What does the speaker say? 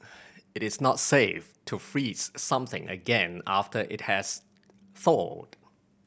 it is not safe to freeze something again after it has thawed